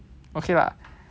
okay lah